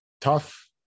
Tough